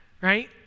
right